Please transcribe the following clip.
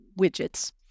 widgets